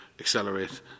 accelerate